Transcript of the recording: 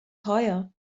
teuer